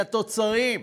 את התוצרים,